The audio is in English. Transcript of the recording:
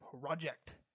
project